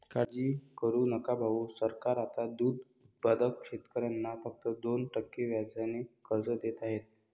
काळजी करू नका भाऊ, सरकार आता दूध उत्पादक शेतकऱ्यांना फक्त दोन टक्के व्याजाने कर्ज देत आहे